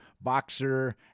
boxer